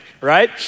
right